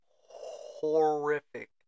horrific